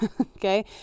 okay